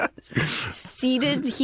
seated